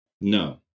No